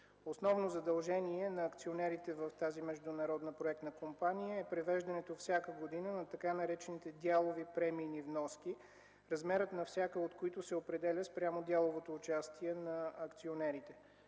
Основно задължение на акционерите в тази международна проектна компания е привеждането всяка година на така наречените дялови премийни вноски, размерът на всяка, от които се определя спрямо дяловото участие на акционерите.